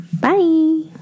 Bye